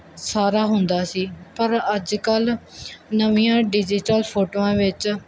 ਸਾਰਾ ਹੁੰਦਾ ਸੀ ਪਰ ਅੱਜ ਕੱਲ੍ਹ ਨਵੀਆਂ ਡਿਜੀਟਲ ਫੋਟੋਆਂ ਵਿੱਚ